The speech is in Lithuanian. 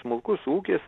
smulkus ūkis